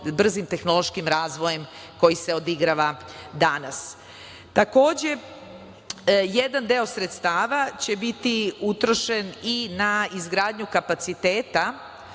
brzim tehnološkim razvojem koji se odigrava danas. Takođe, jedan deo sredstava će biti utrošen i na izgradnju kapaciteta